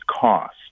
cost